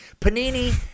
Panini